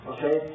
Okay